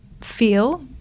feel